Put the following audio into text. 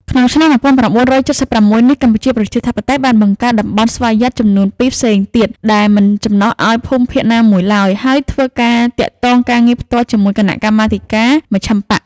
ក្នុងឆ្នាំ១៩៧៦នេះ កម្ពុជាប្រជាធិបតេយ្យបានបង្កើតតំបន់ស្វយ័តចំនួនពីរផ្សេងទៀតដែលមិនចំណុះឱ្យភូមិភាគ ណាមួយឡើយ ហើយធ្វើការទាក់ទងការងារផ្ទាល់ជាមួយគណៈកម្មាធិការមជ្ឈិមបក្ស។